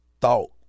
thought